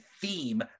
theme